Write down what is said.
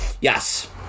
Yes